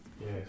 Yes